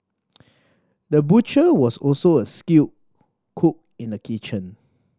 the butcher was also a skilled cook in the kitchen